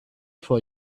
for